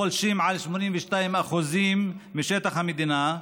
החולשים על 82% משטח המדינה,